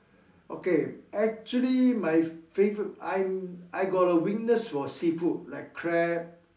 okay actually my favorite I I got a weakness for seafood like crab